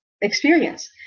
experience